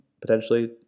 potentially